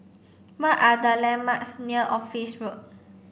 what are the landmarks near Office Road